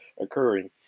occurring